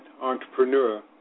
entrepreneur